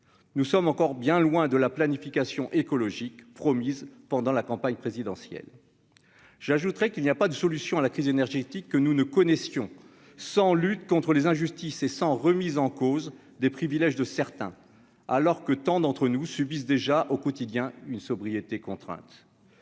nous sommes encore bien loin de la planification écologique promise pendant la campagne présidentielle, j'ajouterai qu'il n'y a pas de solution à la crise énergétique que nous ne connaissions 100 lutte contre les injustices et sans remise en cause des privilèges de certains alors que tant d'entre nous, subissent déjà au quotidien une sobriété contraintes